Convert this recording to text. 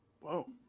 Whoa